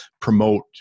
promote